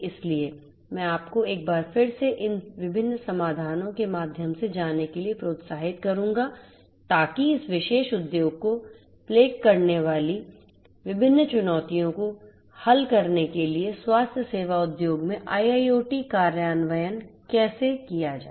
इसलिए मैं आपको एक बार फिर से इन विभिन्न समाधानों के माध्यम से जाने के लिए प्रोत्साहित करूंगा ताकि इस विशेष उद्योग को प्लेग करने वाली विभिन्न चुनौतियों को हल करने के लिए स्वास्थ्य सेवा उद्योग में IIoT कार्यान्वयन कैसे किया जाए